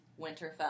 Winterfell